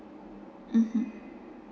mmhmm